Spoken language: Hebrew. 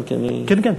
כן, כן.